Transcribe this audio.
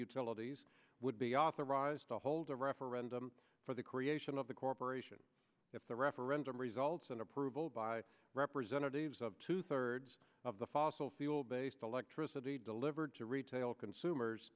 utilities would be authorized to hold a referendum for the creation of the corporation if the referendum results in approval by representatives of two thirds of the fossil fuel based electricity delivered to retail consumers